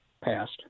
passed